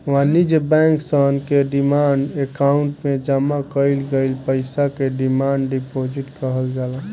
वाणिज्य बैंक सन के डिमांड अकाउंट में जामा कईल गईल पईसा के डिमांड डिपॉजिट कहल जाला